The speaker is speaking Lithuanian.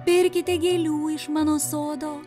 pirkite gėlių iš mano sodo